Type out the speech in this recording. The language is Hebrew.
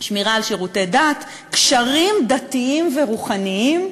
שמירה על שירותי דת, קשרים דתיים ורוחניים,